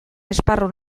esparru